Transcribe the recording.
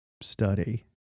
study